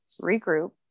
regroup